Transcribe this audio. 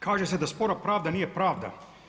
Kaže se da spora pravda nije pravda.